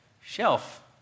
shelf